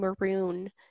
maroon